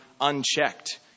Unchecked